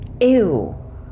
Ew